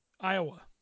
iowa